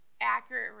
accurate